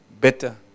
better